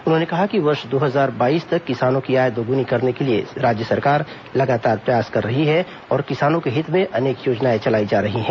उन्होंने कहा कि वर्ष दो हजार बाईस तक किसानों की आय दोगुनी करने के लिए राज्य सरकार लगातार प्रयास कर रही है और किसानों के हित में अनेक योजनाएं चलाई जा रही हैं